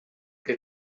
que